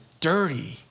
dirty